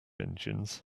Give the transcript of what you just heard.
engines